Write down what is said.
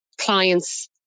clients